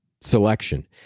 selection